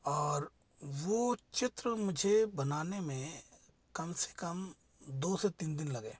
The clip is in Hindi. और वो चित्र मुझे बनाने में कम से कम दो से तीन दिन लगे